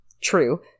true